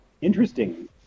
interesting